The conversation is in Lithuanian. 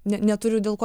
ne neturiu dėl ko